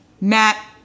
Matt